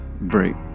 break